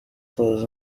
close